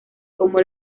como